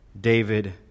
David